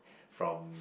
from